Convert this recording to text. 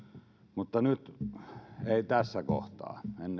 mutta nyt ei tässä kohtaa